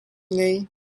ngei